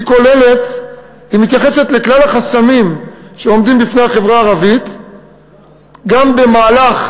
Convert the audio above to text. היא מתייחסת לכלל החסמים שעומדים בפני החברה הערבית גם לקראת,